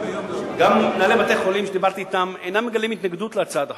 גם מנהלי בתי-חולים שדיברתי אתם אינם מגלים התנגדות להצעת החוק,